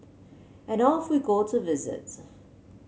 and off we go to visit